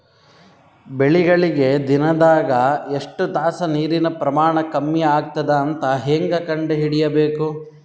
ಬೆಳಿಗಳಿಗೆ ದಿನದಾಗ ಎಷ್ಟು ತಾಸ ನೀರಿನ ಪ್ರಮಾಣ ಕಮ್ಮಿ ಆಗತದ ಅಂತ ಹೇಂಗ ಕಂಡ ಹಿಡಿಯಬೇಕು?